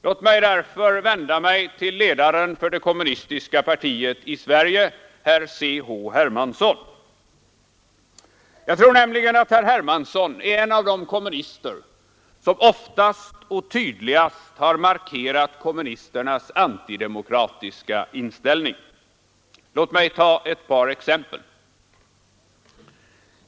Låt mig därför vända mig till ledaren för det kommunistiska partiet i Sverige, herr C.-H. Hermansson. Jag tror nämligen att herr Hermansson är en av de kommunister som oftast och tydligast har markerat kommunisternas antidemokratiska inställning. Låt mig ta ett par exempel.